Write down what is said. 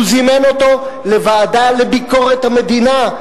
הוא זימן אותו לוועדה לביקורת המדינה.